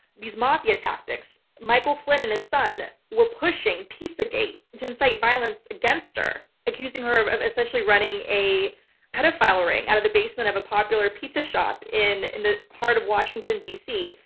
these mafia tactics. michael flynn and his son were pushing pizzagate to incite violence against her, accusing her of of essentially running a pedophile ring out of the basement of a popular pizza shop in and the heart of washington d. c.